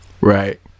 right